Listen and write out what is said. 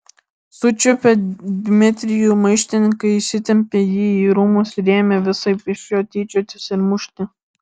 sučiupę dmitrijų maištininkai įsitempė jį į rūmus ir ėmė visaip iš jo tyčiotis ir mušti